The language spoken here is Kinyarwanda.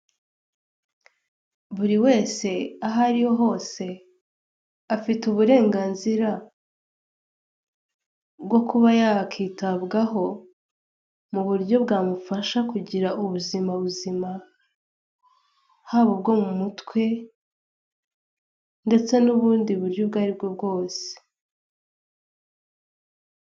Buri wese aho ariho hose afite uburenganzira bwo kuba yakitabwaho mu buryo bwamufasha kugira ubuzima buzima, haba ubwo mu mutwe ndetse n'ubundi buryo ubwo ari bwo bwose.